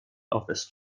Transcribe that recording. office